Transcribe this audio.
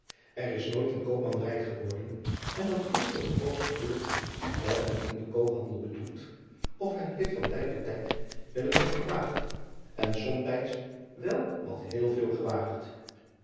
r is nooit een koopman rijk geworden en dat is toch het hoogste geluk dat men in den koophandel bedoelt of hij heeft van tijd tot tijd wel eens wat gewaagd en somtijds wel wat heel veel gewaagd